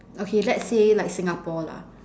okay let's say like Singapore lah